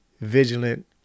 vigilant